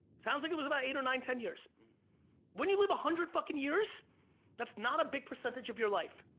sounds like it was about eight or nine, ten years when you live a one hundred fucking years that's not a big percentage of your life.